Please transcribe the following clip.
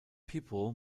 people